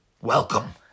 welcome